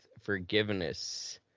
forgiveness